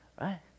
Right